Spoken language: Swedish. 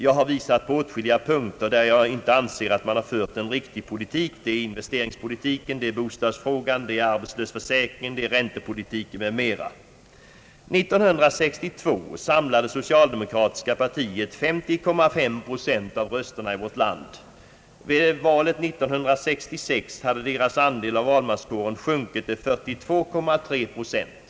Jag har visat på åtskilliga punkter, där jag anser att regeringen inte har fört en riktig politik. Det gäller investeringspolitiken, bostadsfrågan, arbetslöshetsförsäkringen, räntepolitiken m.m. År 1962 samlade det socialdemokratiska partiet 50,5 procent av rösterna i vårt land. Vid valet år 1966 hade partiets andel av valmanskåren sjunkit till 42,3 procent.